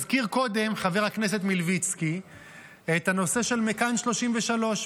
הזכיר קודם חבר הכנסת מלביצקי את הנושא של מכאן 33,